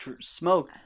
smoke